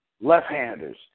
left-handers